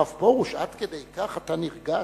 הרב פרוש, עד כדי כך אתה נרגש?